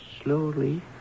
slowly